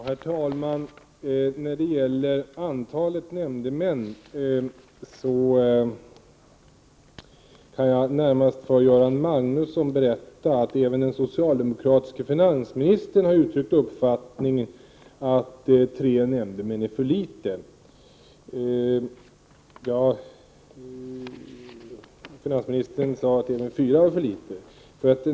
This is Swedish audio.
Herr talman! När det gäller antalet nämndemän kan jag närmast för Göran Magnusson berätta att även den socialdemokratiske finansministern har uttryckt uppfattningen att tre nämndemän är för litet. Finansministern har för övrigt sagt att även fyra är för litet.